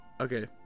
Okay